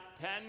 ten